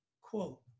quote